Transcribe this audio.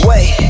Wait